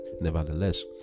nevertheless